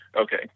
Okay